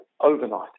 overnight